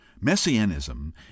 messianism